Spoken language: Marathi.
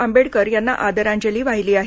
आंबेडकर यांना आदरांजली वाहिली आहे